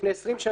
לפני 20 שנה,